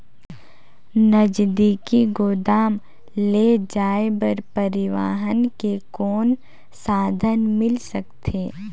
नजदीकी गोदाम ले जाय बर परिवहन के कौन साधन मिल सकथे?